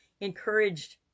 encouraged